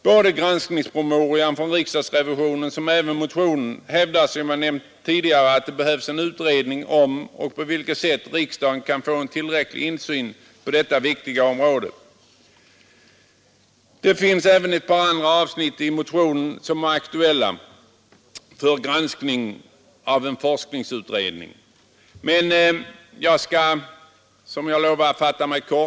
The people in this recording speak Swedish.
Både granskningspromemorian från riksdagsrevisionen och motionen hävdar, som jag nämnt tidigare, att det behövs en utredning av frågan om och på vilket sätt riksdagen kan få tillräcklig insyn på detta viktiga område. Det finns även ett par andra avsnitt i motionen som är aktuella för granskning av en forskningsutredning. Men jag skall, som jag lovade, fatta mig kort.